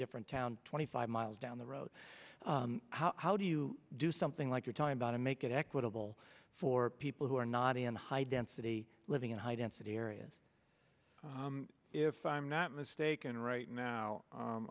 different town twenty five miles down the road how do you do something like you're talking about to make it equitable for people who are not in high density living in high density areas if i'm not mistaken right now